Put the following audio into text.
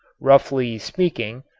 roughly speaking,